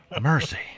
Mercy